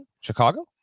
Chicago